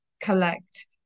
collect